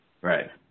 right